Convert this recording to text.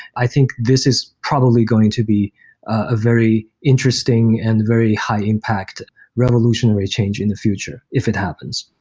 i think this is probably going to be a very interesting and very high impact revolutionary change in the future if it happens.